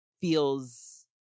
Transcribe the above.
feels